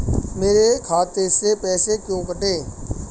मेरे खाते से पैसे क्यों कटे?